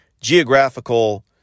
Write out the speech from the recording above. geographical